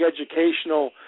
educational